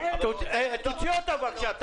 תוציא אותו, בבקשה.